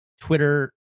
Twitter